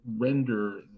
render